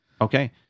Okay